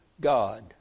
God